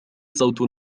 صوت